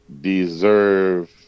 deserve